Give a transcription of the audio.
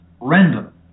random